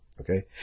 Okay